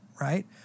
right